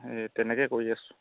এই তেনেকৈ কৰি আছোঁ